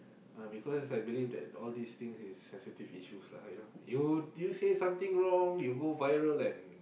uh because I believe that all these things is sensitive issues lah you know you you say something wrong you go viral and